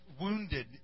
wounded